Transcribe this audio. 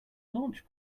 launch